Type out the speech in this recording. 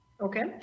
Okay